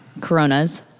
Coronas